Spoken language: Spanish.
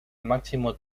máximo